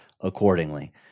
accordingly